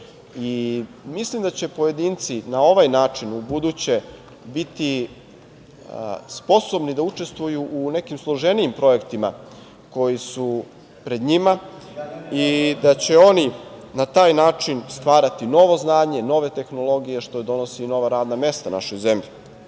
da će pojedinci na ovaj način ubuduće biti sposobni da učestvuju u nekim složenijim projektima koji su pred njima i da će oni na taj način stvarati novo znanje, nove tehnologije, što donosi i nova radna mesta našoj zemlji. Kada